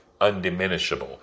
undiminishable